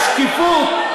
בשקיפות,